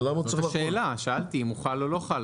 אז זו השאלה בגלל זה שאלתי אם הוא חל או לא חל,